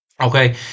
Okay